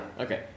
Okay